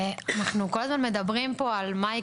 אנחנו כל הזמן מדברים פה על מה יקרה,